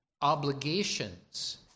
obligations